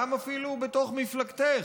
אפילו בתוך מפלגתך,